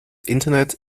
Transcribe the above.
internet